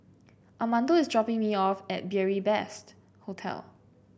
Armando is dropping me off at Beary Best Hostel